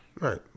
Right